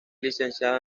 licenciado